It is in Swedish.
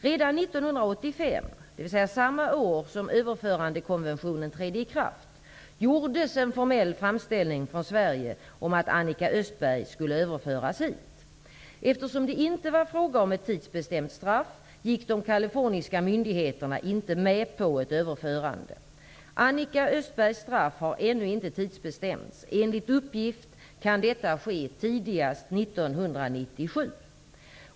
Redan 1985, dvs. samma år som överförandekonventionen trädde i kraft, gjordes en formell framställning från Sverige om att Annika Östberg skulle överföras hit. Eftersom det inte var fråga om ett tidsbestämt straff gick de kaliforniska myndigheterna inte med på ett överförande. Annika Östbergs straff har ännu inte tidsbestämts. Enligt uppgift kan detta ske tidigast 1997.